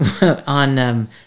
on